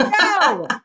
no